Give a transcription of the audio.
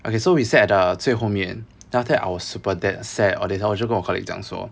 okay so we sat at the 最后面 then after that I was super that dat~ sad all these then after that 我就跟我 colleague 讲说